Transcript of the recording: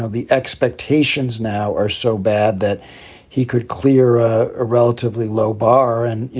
ah the expectations now are so bad that he could clear a ah relatively low bar and, you